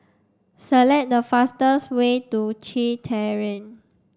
select the fastest way to Kew Terrace